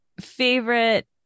Favorite